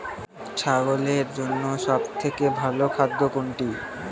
ছাগলের জন্য সব থেকে ভালো খাদ্য কোনটি?